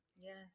Yes